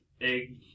egg